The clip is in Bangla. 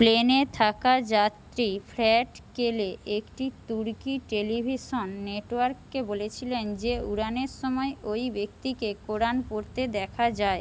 প্লেনে থাকা যাত্রী ফ্র্যাট কেলে একটি তুর্কি টেলিভিশন নেটওয়ার্ককে বলেছিলেন যে উড়ানের সময় ওই ব্যক্তিকে কোরান পড়তে দেখা যায়